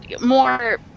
more